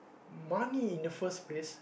money in the first place